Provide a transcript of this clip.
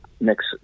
next